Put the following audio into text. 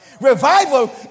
Revival